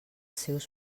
seus